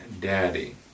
daddy